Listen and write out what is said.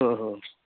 हो हो